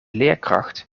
leerkracht